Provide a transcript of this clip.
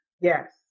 Yes